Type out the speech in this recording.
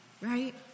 right